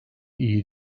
iyi